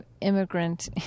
immigrant